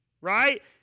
right